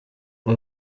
aba